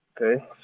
Okay